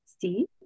see